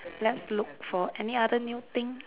let's look for any other new thing